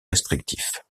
restrictif